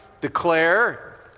declare